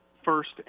first